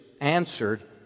answered